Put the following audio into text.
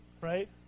Right